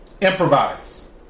Improvise